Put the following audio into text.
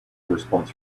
response